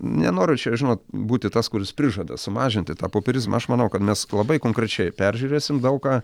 nenoriu čia žinot būti tas kuris prižada sumažinti tą popierizmą aš manau kad mes labai konkrečiai peržiūrėsim daug ką